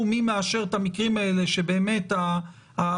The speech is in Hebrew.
מי מאשר את המקרים האלה שבאמת העציר,